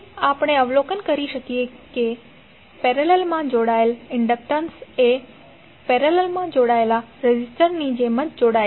તેથી આપણે અવલોકન કરી શકીએ છીએ કે પેરેલલમાં જોડાયેલા ઇન્ડક્ટર્સ એ પેરેલલમાં જોડાયેલા રેઝિસ્ટરની જેમ જ જોડાય છે